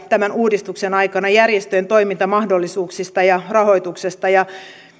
tämän uudistuksen aikana järjestöjen toimintamahdollisuuksista ja rahoituksesta